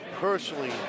personally